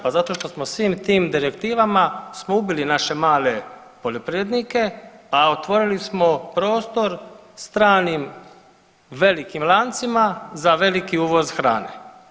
Pa zato što smo svim tim direktivama smo ubili naše male poljoprivrednike, a otvorili smo prostor stranim velikim lancima za veliki uvoz hrane.